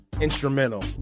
instrumental